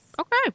Okay